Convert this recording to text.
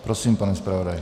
Prosím, pane zpravodaji.